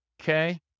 Okay